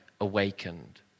awakened